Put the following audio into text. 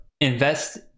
invest